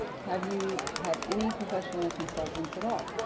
have you had any professional consultants at all?